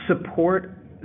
support